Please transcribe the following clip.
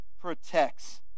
protects